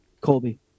Colby